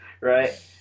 right